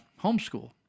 homeschool